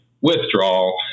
withdrawal